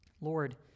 lord